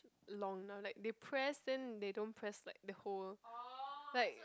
longer like they press then they don't press like the whole like